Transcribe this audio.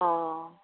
অঁ